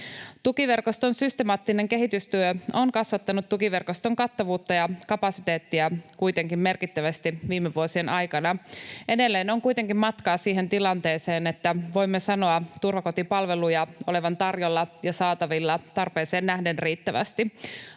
Tukiverkoston systemaattinen kehitystyö on kasvattanut tukiverkoston kattavuutta ja kapasiteettia kuitenkin merkittävästi viime vuosien aikana. Edelleen on kuitenkin matkaa siihen tilanteeseen, että voimme sanoa turvakotipalveluja olevan tarjolla ja saatavilla tarpeeseen nähden riittävästi.